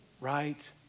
right